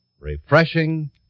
refreshing